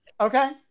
Okay